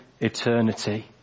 eternity